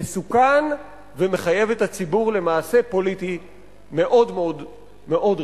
מסוכן ומחייב את הציבור למעשה פוליטי מאוד מאוד מאוד רציני.